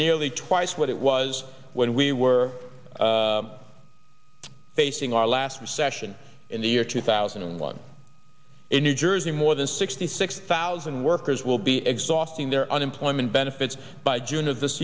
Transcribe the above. nearly twice what it was when we were facing our last recession in the year two thousand and one in new jersey more than sixty six thousand workers will be exhausting their unemployment benefits by june of this